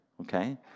okay